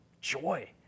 joy